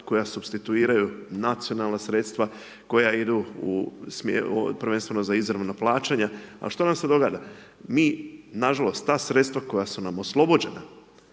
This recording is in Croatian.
koja supstituiraju nacionalna sredstva, koja idu prvenstveno za izravna plaćanja, a što nam se događa. Mi nažalost, ta sredstva koja su nam oslobođena,